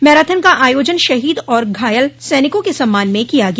marathon का आयोजन शहीद और घायल सैनिकों के सम्मान में किया गया